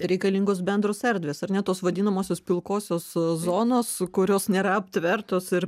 reikalingos bendros erdvės ar ne tos vadinamosios pilkosios zonos kurios nėra aptvertos ir